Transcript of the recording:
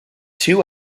two